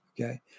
Okay